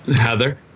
Heather